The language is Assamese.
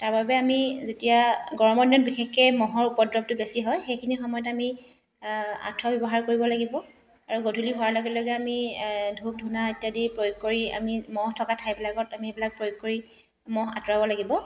তাৰ বাবে আমি যেতিয়া গৰমত গৰমৰ দিনত বিশেষকৈ মহৰ উপদ্ৰৱটো বেছি হয় সেইসময়ত আমি আঁঠুৱা ব্যৱহাৰ কৰিব লাগিব আৰু গধূলি হোৱাৰ লগে লগে আমি ধূপ ধূনা ইত্যাদি প্ৰয়োগ কৰি আমি মহ থকা ঠাইবিলাকত আমি এইবিলাক প্ৰয়োগ কৰি মহ আঁতৰাব লাগিব